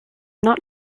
not